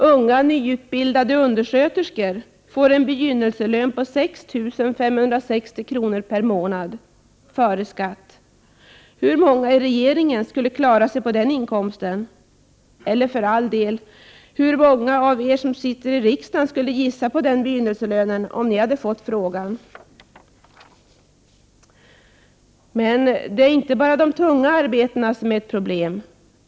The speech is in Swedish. Unga nyutbildade undersköterskor får en begynnelselön på 6 560 kr. per månad före skatt. Hur många i regeringen skulle klara sig på den inkomsten? Eller för all del: Hur många av er som sitter i riksdagen skulle ha gissat på den begynnelselönen om ni hade fått frågan? Men det är inte bara de tunga arbetena som är ett problem.